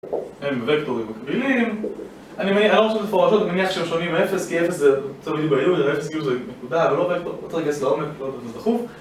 הם וקטורים מקבילים אני מני... אני לא רואה את זה מפורשות, אני מניח שהם שונים מאפס כי אפס זה... זה לא בדיוק במילים האלה, זה אפס כאילו זו נקודה, אבל לא וקטור. לא רוצה להכנס לעומק, לא (??) דחוף